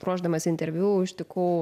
ruošdamasi interviu užtikau